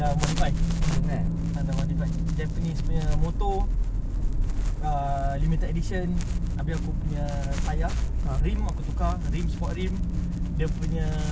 that's for now but aku tahu for a fact that fishing is if you wanna say fishing is not expensive it is an expensive play kalau if you are going for